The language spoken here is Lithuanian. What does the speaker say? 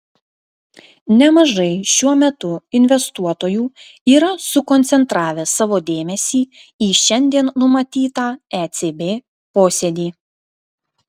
nemažai šiuo metu investuotojų yra sukoncentravę savo dėmesį į šiandien numatytą ecb posėdį